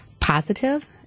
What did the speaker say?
positive